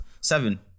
seven